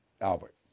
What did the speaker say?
Albert